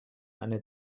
eine